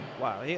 Wow